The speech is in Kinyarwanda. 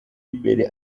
imbere